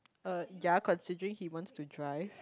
uh ya considering he wants to drive